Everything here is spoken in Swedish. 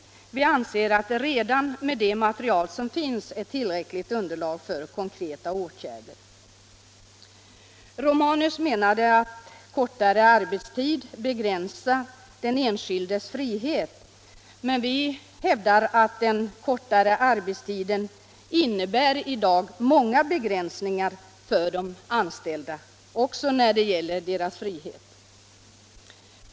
Vi anser att redan det material som finns är tillräckligt underlag för konkreta åtgärder. Herr Romanus menade att en sådan minimiarbetstid begränsar den enskildes frihet. Men vi hävdar att den kortare arbetstiden i dag innebär många begränsningar för de anställda också när det gäller deras frihet.